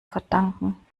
verdanken